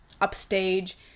upstage